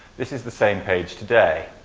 this is the same page today.